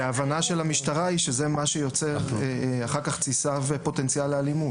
כי ההבנה של המשטרה היא שזה מה שיוצר אחר כך תסיסה ופוטנציאל לאלימות.